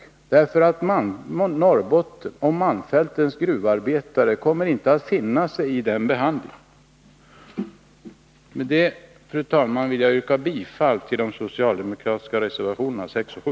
Norrbottens och malmfältens gruvarbetare kommer nämligen inte att finna sig i en sådan behandling. Fru talman! Med detta vill jag yrka bifall till de socialdemokratiska reservationerna 6 och 7.